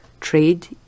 Trade